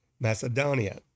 Macedonia